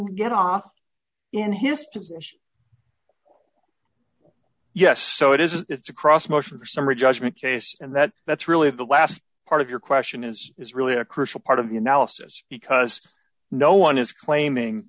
person get off in his position yes so it is it's a cross motion for summary judgment case and that that's really the last part of your question is is really a crucial part of the analysis because no one is claiming